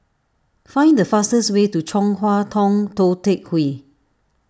find the fastest way to Chong Hua Tong Tou Teck Hwee